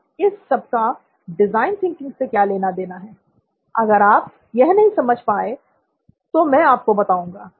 अब इस सबका डिजाइन थिंकिंग से क्या लेना देना है अगर आप यह नहीं समझ पाए हैं तो मैं आपको बताऊंगा